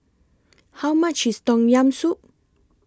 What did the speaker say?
How much IS Tom Yam Soup